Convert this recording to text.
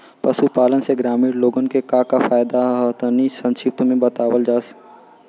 पशुपालन से ग्रामीण लोगन के का का फायदा ह तनि संक्षिप्त में बतावल जा?